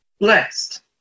blessed